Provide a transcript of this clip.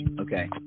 okay